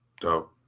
Dope